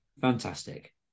Fantastic